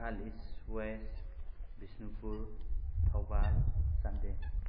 Imphal east west Bishnupur Thoubal Chandel